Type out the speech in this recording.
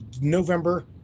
November